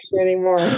anymore